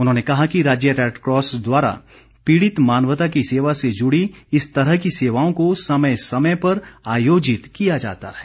उन्होंने कहा कि राज्य रैडक्रॉस द्वारा पीड़ित मानवता की सेवा से जुड़ी इस तरह की सेवाओं को समय समय पर आयोजित किया जाता हैं